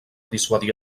dissuadir